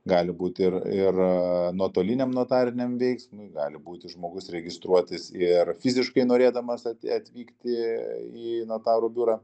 gali būti ir ir nuotoliniam notariniam veiksmui gali būti žmogus registruotis ir fiziškai norėdamas atvykti į notarų biurą